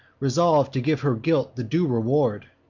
resolv'd to give her guilt the due reward